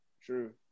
True